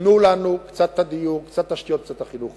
תנו לנו קצת דיור, קצת תשתיות, קצת חינוך.